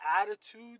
attitude